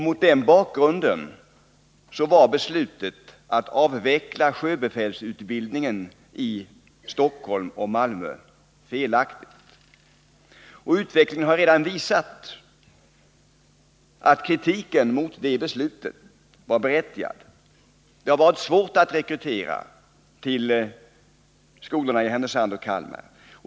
Mot den bakgrunden var beslutet att avveckla sjöbefälsutbildningen i Stockholm och Malmö felaktigt. Utvecklingen har redan visat att kritiken mot detta beslut var berättigad. Det har varit svårt att rekrytera till skolorna i Härnösand och Kalmar.